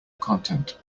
content